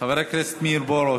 חבר הכנסת מאיר פרוש,